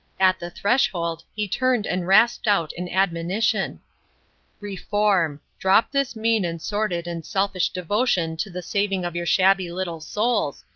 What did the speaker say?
at the threshold he turned and rasped out an admonition reform! drop this mean and sordid and selfish devotion to the saving of your shabby little souls,